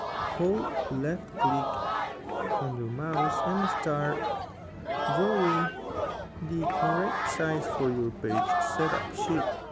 hold left click on the mouse and start drawing the correct size for your page setup sheet.